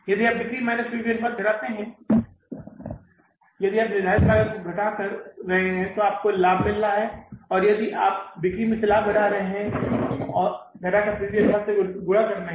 यदि आप बिक्री माइनस पी वी अनुपात घटाते हैं यदि आप निर्धारित लागत घटा रहे हैं तो आपको लाभ मिल रहा है और यदि आप इस बिक्री से लाभ घटाकर पी वी अनुपात से गुणा कर रहे हैं